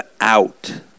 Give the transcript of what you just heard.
out